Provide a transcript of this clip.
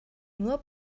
nur